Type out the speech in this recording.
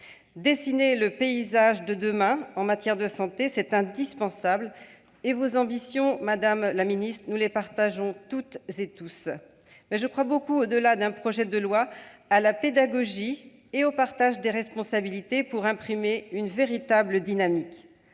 Dessiner le paysage de demain, en matière de santé, est indispensable ; quant à vos ambitions, madame la ministre, nous les partageons toutes, tous autant que nous sommes. Mais je crois beaucoup, au-delà d'un projet de loi, à la pédagogie et au partage des responsabilités pour engager une véritable dynamique.